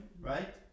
right